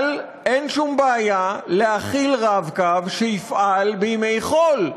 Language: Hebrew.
אבל אין שום בעיה להחיל "רב-קו" שיפעל בימי חול.